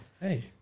Hey